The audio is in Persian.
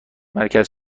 مرکز